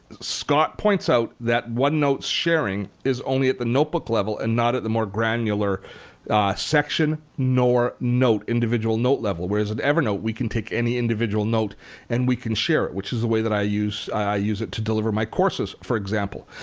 scott points out that one notes sharing is only at notebook level and not at the more granular section nor note, individual note level whereas at evernote we can take any individual note and we can share it, which is the way that i use i use it to deliver my courses, for example.